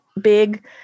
big